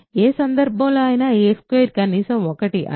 ఏ సందర్భంలో అయినా a2 కనీసం 1 అదే విధంగా b2 కనీసం 1